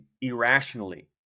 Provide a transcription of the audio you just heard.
irrationally